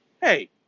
hey